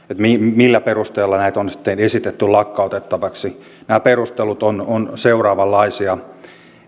millä perusteella näitä on sitten esitetty lakkautettavaksi nämä perustelut ovat seuraavanlaisia